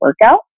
workout